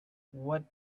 what